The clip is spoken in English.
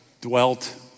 Dwelt